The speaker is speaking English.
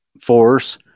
force